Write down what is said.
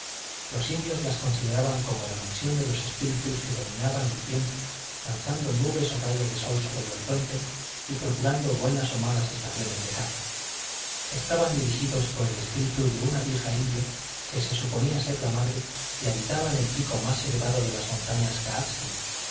los indios las consideraban como la mansión de los espíritus que dominaban el tiempo lanzando nubes o rayos de sol sobre el horizonte y procurando buenas o malas estaciones de caza estaban dirigidos por el espíritu de una vieja india que se suponía ser la madre y habitaba en el pico más elevado de las montañas